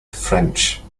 french